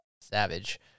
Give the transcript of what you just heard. Savage